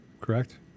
Correct